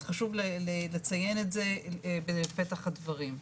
חשוב לציין את זה בפתח הדברים.